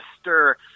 stir